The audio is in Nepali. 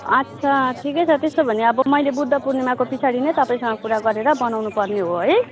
अच्छा ठिकै छ त्यसो हो भने अब मैले बुद्ध पूर्णिमाको पछाडि नै तपाईँसँग कुरा गरेर बनाउनुपर्ने हो है